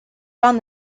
found